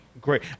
great